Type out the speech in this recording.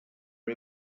are